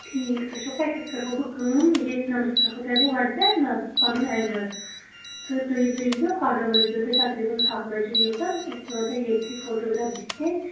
ٹھیٖک تُہۍ چھُو پاے تُہۍ کَرہو بہٕ کٲم ییٚتھۍ نمبرَس کَرہو تۄہہِ بہٕ وٹسایپ نا پَنُن ایڈرَس تہٕ تُہۍ وٕچھ زیو پگہہ وٲتۍ زیٚو تُہۍ تقریٖباً کَہہ بَجے یوٚتَن أسۍ ترٛوو تۄہہِ ییٚتتھٕے فوٹوگراف بٕتھِ کَنۍ